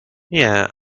yeah